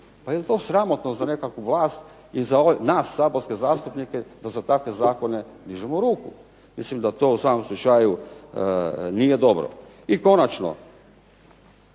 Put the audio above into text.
Pa jel to sramotno za nekakvu vlast i nas saborske zastupnike da za takve zakone dižemo ruku. Mislim da to u svakom slučaju nije dobro. I konačno.